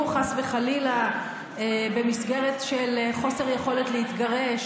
חס וחלילה במסגרת של חוסר יכולת להתגרש,